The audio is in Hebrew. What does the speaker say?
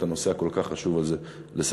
את הנושא הכל-כך חשוב הזה לסדר-היום.